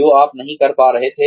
जो आप नहीं कर पा रहे थे